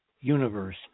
universe